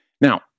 Now